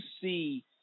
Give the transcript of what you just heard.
see